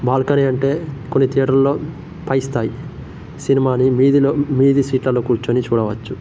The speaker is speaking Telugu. బాల్కనీ అంటే కొన్ని థియేటర్లలో పై స్థాయి సినిమాని మీదిలో మీది సీట్లలో కూర్చొని చూడవచ్చు